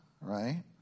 right